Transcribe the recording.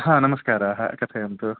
ह नमस्काराः कथयन्तु